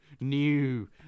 new